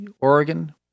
Oregon